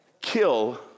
kill